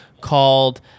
called